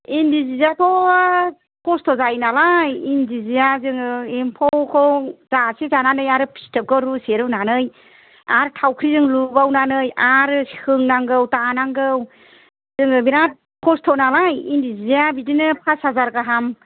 इन्दि सियाथ' खस्त' जायो नालाय इन्दि सिया जोङो एम्फौखौ दासे दानानै आरो फिथोबखौ रुसे रुनानै आरो थाउख्रिजों लुबावनानै आरो सोंनांगौ दानांगौ जोङो बेराद खस्त'नालाय इन्दि सिया बिदिनो फास हाजार गाहाम